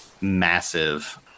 massive